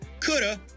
coulda